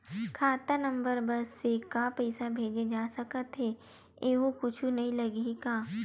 खाता नंबर बस से का पईसा भेजे जा सकथे एयू कुछ नई लगही का?